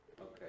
Okay